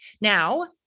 Now